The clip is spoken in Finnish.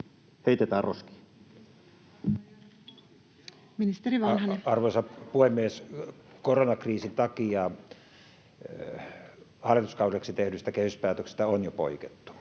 Content: Arvoisa puhemies! Koronakriisin takia hallituskaudeksi tehdystä kehyspäätöksestä on jo poikettu,